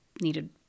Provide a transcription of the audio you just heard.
needed